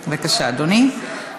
בבקשה, אדוני.